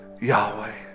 Yahweh